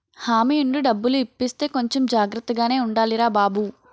హామీ ఉండి డబ్బులు ఇప్పిస్తే కొంచెం జాగ్రత్తగానే ఉండాలిరా బాబూ